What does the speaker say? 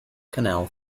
canal